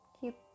keep